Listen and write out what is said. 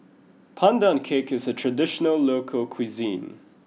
Pandan Cake is a traditional local cuisine